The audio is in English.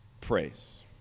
praise